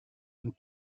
and